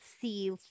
see